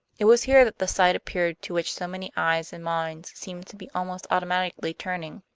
it was here that the sight appeared to which so many eyes and minds seemed to be almost automatically turning.